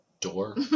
door